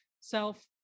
self